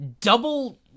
double